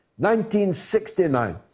1969